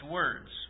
words